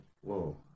whoa